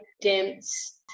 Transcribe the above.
dense